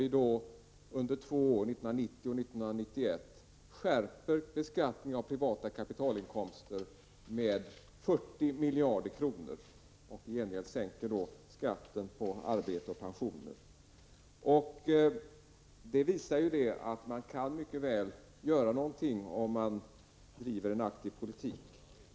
Vi skärper under två år beskattningen av privata kapitalinkomster med 40 miljarder kronor, och i gengäld sänks skatten på arbete och pensioner. Detta visar ju att man mycket väl kan göra någonting om man driver en aktiv politik.